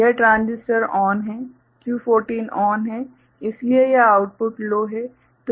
यह transistor ON है Q14 ON है इसलिए यह आउटपुट लो है